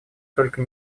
только